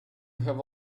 have